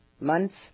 months